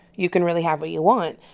you can really have what you want.